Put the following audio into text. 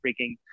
freaking